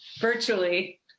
virtually